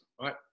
right